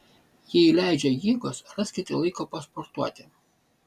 jei leidžia jėgos raskite laiko pasportuoti